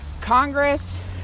Congress